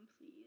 please